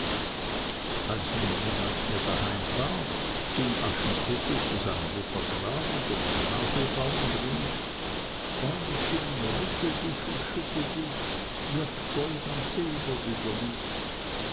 als nun niemand mehr daheim war ging aschenputtel zu seiner mutter grab unter den haselbaum und rief bäumchen rüttel dich und schüttel dich wirf gold und silber über mich